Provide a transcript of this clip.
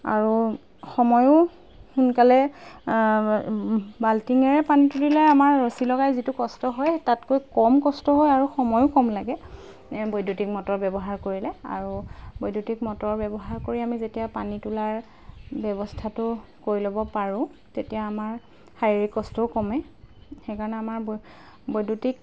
আৰু সময়ো সোনকালে বাল্টিঙেৰে পানী তুলিলে আমাৰ ৰছী লগাই যিটো কষ্ট হয় তাতকৈ কম কষ্ট হয় আৰু সময়ো কম লাগে বৈদ্যুতিক মটৰ ব্যৱহাৰ কৰিলে আৰু বৈদ্যুতিক মটৰ ব্যৱহাৰ কৰি আমি যেতিয়া পানী তোলাৰ ব্যৱস্থাটো কৰি ল'ব পাৰোঁ তেতিয়া আমাৰ শাৰীৰিক কষ্টও কমে সেইকাৰণে আমাৰ ব বৈদ্যুতিক